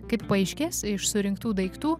kaip paaiškės iš surinktų daiktų